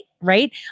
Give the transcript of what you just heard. right